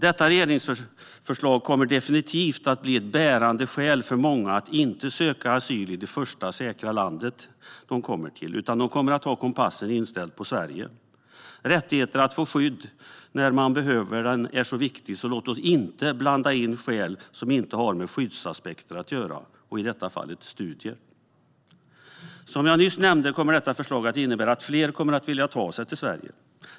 Detta regeringsförslag kommer definitivt att bli ett bärande skäl för många att inte söka asyl i det första säkra landet de kommer till, utan de kommer att ha kompassen inställd på Sverige. Rätten att få skydd när man behöver det är viktig. Låt oss därför inte blanda in skäl, i detta fall studier, som inte har med skyddsaspekter att göra. Detta förslag kommer som sagt att innebära att fler kommer att vilja ta sig till Sverige.